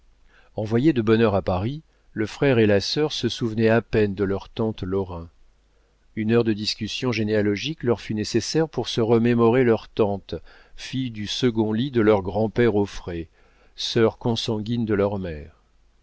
envoyés de bonne heure à paris le frère et la sœur se souvenaient à peine de leur tante lorrain une heure de discussions généalogiques leur fut nécessaire pour se remémorer leur tante fille du second lit de leur grand-père auffray sœur consanguine de leur mère